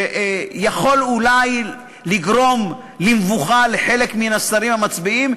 שיכול אולי לגרום למבוכה לחלק מן השרים המצביעים,